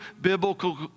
biblical